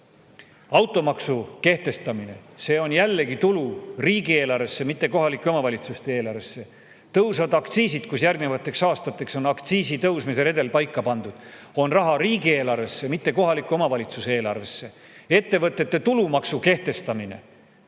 Automaksu kehtestamine – see on jällegi tulu riigieelarvesse, mitte kohalike omavalitsuste eelarvesse. Tõusvad aktsiisid, järgnevateks aastateks on aktsiisi tõusmise redel paika pandud – see on raha riigieelarvesse, mitte kohaliku omavalitsuse eelarvesse. Ettevõtete tulumaksu kehtestamine